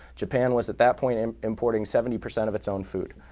japan was at that point and importing seventy percent of its own food.